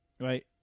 right